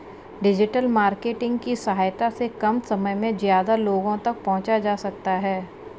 digital marketing की सहायता से कम समय में ज्यादा लोगो तक पंहुचा जा सकता है